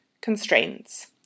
Constraints